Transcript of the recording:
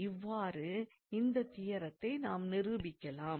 இவ்வாறு இந்த தியரத்தை நாம் நிரூபிக்கலாம்